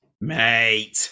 mate